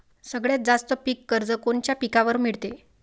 सगळ्यात जास्त पीक कर्ज कोनच्या पिकावर मिळते?